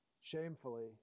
shamefully